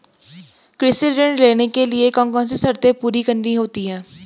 कृषि ऋण लेने के लिए कौन कौन सी शर्तें पूरी करनी होती हैं?